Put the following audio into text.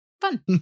Fun